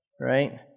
right